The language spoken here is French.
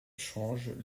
changent